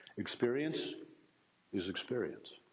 experience is experience.